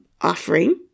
offering